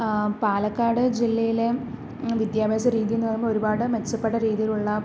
പാലക്കാട് ജില്ലയിലെ വിദ്യാഭ്യാസ രീതി എന്നു പറയുമ്പോൾ ഒരുപാട് മെച്ചപ്പെട്ട രീതിയിലുള്ള